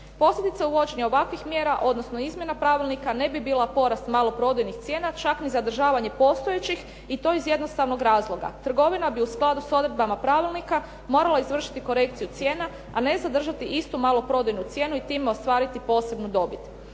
Posljedice uvođenja ovakvih mjera odnosno izmjena Pravilnika ne bi bila porast maloprodajnih cijena, čak ni zadržavanje postojećih i to iz jednostavnog razloga. Trgovina bi u skladu s odredbama Pravilnika morala izvršiti korekciju cijena, a ne zadržati istu maloprodajnu cijenu i time ostvariti posebnu dobit.